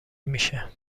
میشه